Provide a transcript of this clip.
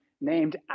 named